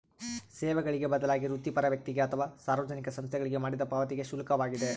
ಸೇವೆಗಳಿಗೆ ಬದಲಾಗಿ ವೃತ್ತಿಪರ ವ್ಯಕ್ತಿಗೆ ಅಥವಾ ಸಾರ್ವಜನಿಕ ಸಂಸ್ಥೆಗಳಿಗೆ ಮಾಡಿದ ಪಾವತಿಗೆ ಶುಲ್ಕವಾಗಿದೆ